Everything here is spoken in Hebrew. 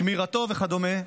שמירתו וכדומה.